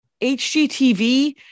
HGTV